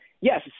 Yes